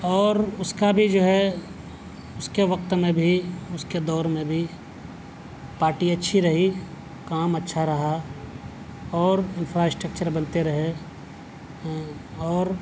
اور اس کا بھی جو ہے اس کے وقت میں بھی اس کے دور میں بھی پارٹی اچھی رہی کام اچھا رہا اور انفراسٹکچر بنتے رہے اور